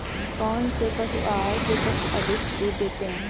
कौनसे पशु आहार से पशु अधिक दूध देते हैं?